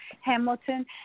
Hamilton